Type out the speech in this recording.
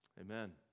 Amen